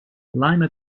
lima